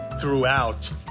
throughout